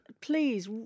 please